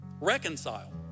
Reconcile